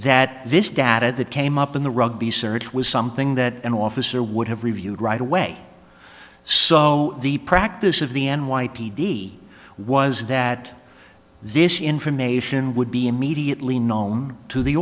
that this data that came up in the rugby search was something that an officer would have reviewed right away so the practice of the n y p d was that this information would be immediately known to the